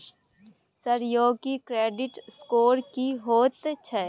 Sir यौ इ credit score की होयत छै?